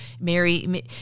Mary